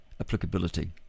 applicability